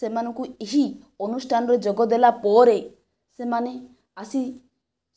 ସେମାନଙ୍କୁ ଏହି ଅନୁଷ୍ଠାନରେ ଯୋଗ ଦେଲା ପରେ ସେମାନେ ଆସି